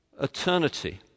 eternity